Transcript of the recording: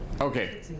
Okay